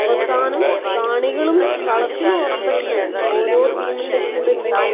അവസാനം കാണികളും കളത്തിന് പുറത്തുനിന്ന് ഓരോ ടീമിൻ്റെ കൂടെ കൂടി